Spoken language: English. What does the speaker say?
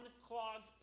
unclogged